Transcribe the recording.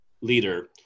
leader